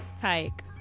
Tyke